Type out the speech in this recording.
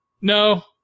No